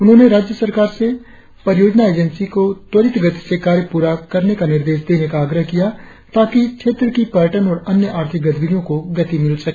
उन्होंने राज्य सरकार से परियोजना एजेंसी को त्वरित गति से कार्य पूरा करने का निर्देश देने का आग्रह किया है ताकि क्षेत्र की पर्यटन और अन्य आर्थिक गतिविधियों को गति मिल सके